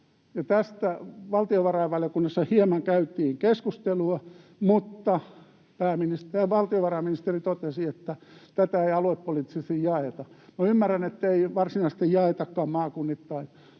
Tästä valtiovarainvaliokunnassa hieman käytiin keskustelua, mutta valtiovarainministeri totesi, että tätä ei aluepoliittisesti jaeta. Minä ymmärrän, ettei varsinaisesti jaetakaan maakunnittain,